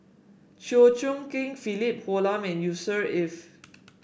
Chew Choo Keng Philip Hoalim and Yusnor Ef